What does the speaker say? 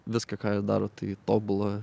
viską ką jie daro tai tobula